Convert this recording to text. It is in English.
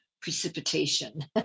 precipitation